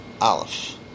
Aleph